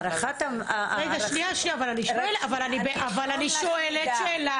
היא אמרה 17-11. בין 11 ל-17.